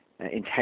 Intense